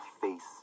face